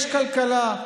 יש כלכלה,